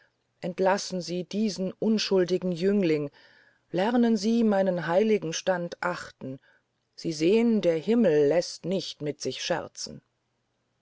entlassen sie diesen unschuldigen jüngling lernen sie meinen heiligen stand achten sie sehn der himmel läßt nicht mit sich scherzen